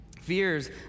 Fears